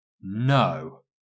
No